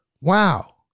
Wow